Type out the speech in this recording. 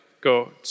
God